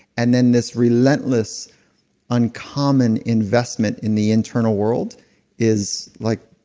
and then this relentless uncommon investment in the internal world is like,